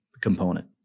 component